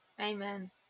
Amen